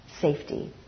safety